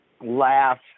laugh